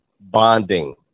bonding